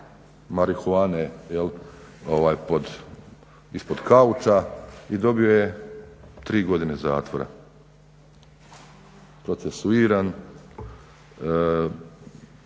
marihuane ispod kauča i dobio je 3 godine zatvora, procesuiran,